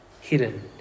hidden